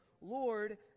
Lord